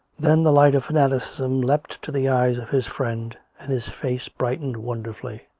then the light of fanaticism leaped to the eyes of his friend, and his face brightened wonderfully.